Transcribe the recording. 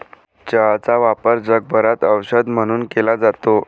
चहाचा वापर जगभरात औषध म्हणून केला जातो